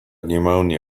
pneumonia